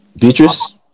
Beatrice